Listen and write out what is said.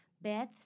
beth